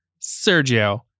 Sergio